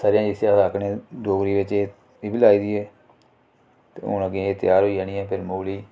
स'रेआं जिसी अस आखने डोगरी बिच्च इब्बी लाई दी हून अग्गें एह् त्यार होई जानी ऐ फेर मूली